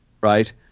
right